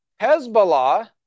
Hezbollah